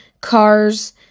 cars